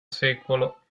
secolo